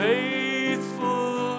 Faithful